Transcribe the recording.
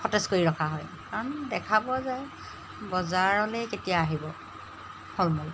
সতেজ কৰি ৰখা হয় কাৰণ দেখা পোৱা যায় বজাৰলৈ কেতিয়া আহিব ফল মূল